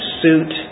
suit